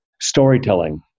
storytelling